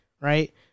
right